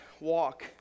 walk